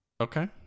okay